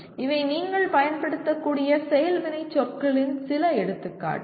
இவை நீங்கள் பயன்படுத்தக்கூடிய செயல் வினைச்சொற்களின் சில எடுத்துக்காட்டுகள்